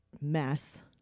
mess